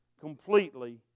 completely